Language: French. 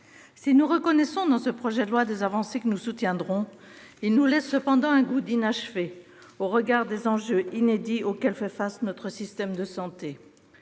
Si nous reconnaissons dans ce PLFSS des avancées que nous soutiendrons, il nous laisse cependant un goût d'inachevé au regard des enjeux inédits auxquels fait face notre système de santé.